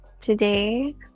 today